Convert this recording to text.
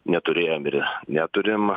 neturėjom ir neturim